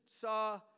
saw